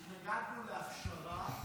אנחנו התנגדנו להכשרה,